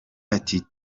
ati